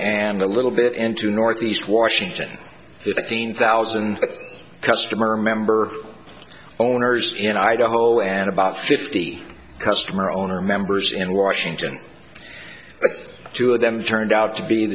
and a little bit into northeast washington fifteen thousand customer member owners in idaho and about fifty customer owner members in washington but two of them turned out to be in